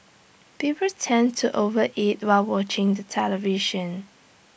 people tend to overeat while watching the television